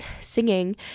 singing